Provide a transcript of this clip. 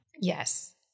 Yes